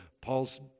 Paul's